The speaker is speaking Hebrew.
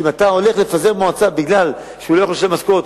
שאם אתה הולך לפזר מועצה כי הוא לא יכול לשלם משכורת,